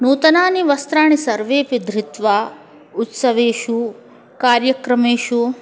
नूतनानि वस्त्राणि सर्वेपि धृत्वा उत्सवेषु कार्यक्रमेषु